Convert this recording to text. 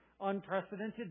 unprecedented